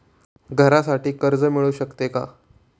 घरासाठी कर्ज मिळू शकते का?